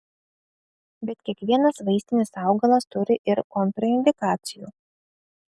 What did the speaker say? bet kiekvienas vaistinis augalas turi ir kontraindikacijų